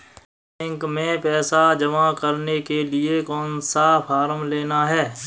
Bank में पैसा जमा करने के लिए कौन सा फॉर्म लेना है?